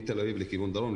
מתל אביב לכיוון דרום,